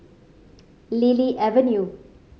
Lily Avenue